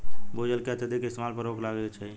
भू जल के अत्यधिक इस्तेमाल पर रोक लागे के चाही